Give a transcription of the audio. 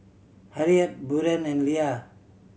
Harriet Buren and Lia